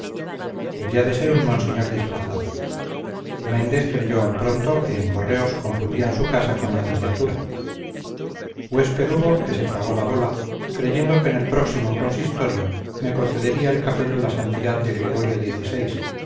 debía de ser un monseñor disfrazado méndez creyó al pronto que en correos confundían su casa con la nunciatura huésped hubo que se tragó la bola creyendo que en el próximo consistorio me concedería el capelo la santidad de gregorio